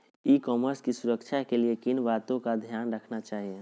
ई commerce की सुरक्षा के लिए किन बातों का ध्यान रखना चाहिए?